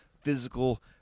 physical